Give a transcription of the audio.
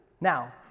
Now